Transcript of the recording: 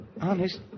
honest